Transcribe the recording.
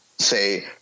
say